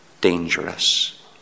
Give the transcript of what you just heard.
dangerous